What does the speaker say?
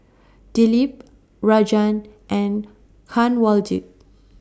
Dilip Rajan and Kanwaljit